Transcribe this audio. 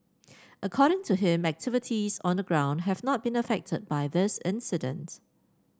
according to him activities on the ground have not been affected by this incident